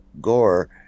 Gore